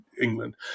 England